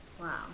Wow